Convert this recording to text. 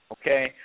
okay